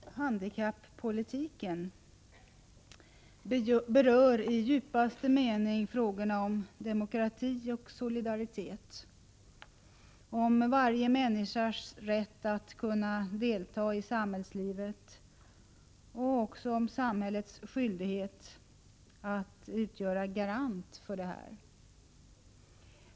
Herr talman! Handikappolitiken berör i djupaste mening frågorna om demokrati och solidaritet — om varje människas rätt att kunna delta i samhällslivet och också om samhällets skyldighet att utgöra garant för detta.